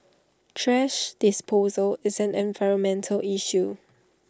thrash disposal is an environmental issue